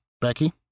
Becky